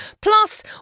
plus